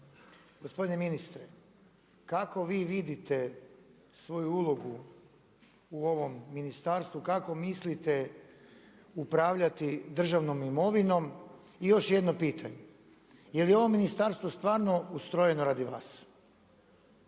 Gospodine ministre, kako vi vidite svoju ulogu u ovom ministarstvu, kako mislite upravljati državnom imovinom? I još jedno pitanje. Je li ovo ministarstvo stvarno ustrojeno radi vas